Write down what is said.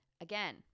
Again